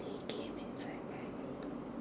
they came inside my room